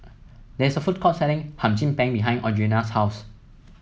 there is a food court selling Hum Chim Peng behind Audriana's house